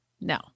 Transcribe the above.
No